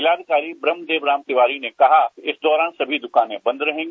जिला अधिकारी ब्रह्मदेव राम तिवारी ने कहा कि इस दौरान सभी दुकानें बंद रहेंगी